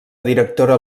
directora